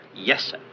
Yes